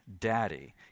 daddy